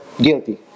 guilty